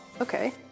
okay